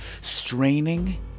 straining